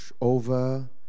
over